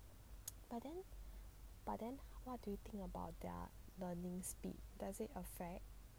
but then but then what do you think about their learning speed does it affect